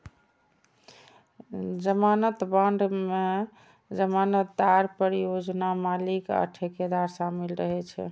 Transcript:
जमानत बांड मे जमानतदार, परियोजना मालिक आ ठेकेदार शामिल रहै छै